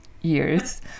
years